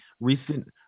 recent